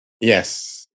Yes